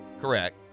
Correct